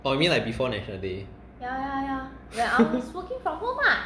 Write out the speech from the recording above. oh you mean like before national day